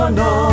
no